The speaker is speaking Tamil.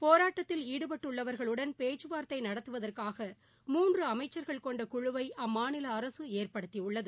போராட்டத்தில் ஈடுபட்டுள்ளவர்களுடன் பேச்சுவார்த்தை நடத்துவதற்காக மூன்று அமைச்சர்கள் கொண்ட குழுவை அம்மாநில அரசு ஏற்படுத்தியுள்ளது